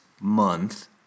month